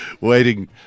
waiting